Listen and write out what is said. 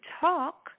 talk